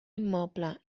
immoble